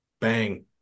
bang